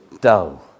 dull